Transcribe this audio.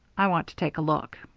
i want to take a look.